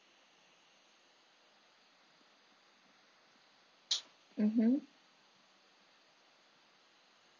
mmhmm